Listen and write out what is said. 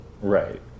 Right